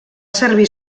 servir